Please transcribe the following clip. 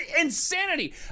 insanity